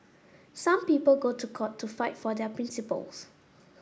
some people go to court to fight for their principles